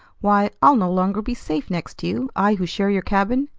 why, i'll no longer be safe next to you, i who share your cabin!